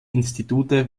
institute